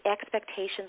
expectations